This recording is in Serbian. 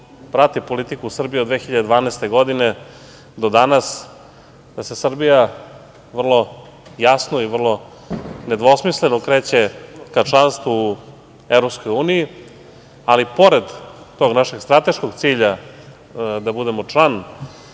prati politiku Srbije od 2012. godine do danas da se Srbija vrlo jasno i vrlo nedvosmisleno kreće ka članstvu u Evropskoj uniji, ali pored tog našeg strateškog cilja da budemo član